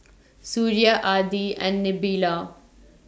Suria Adi and Nabila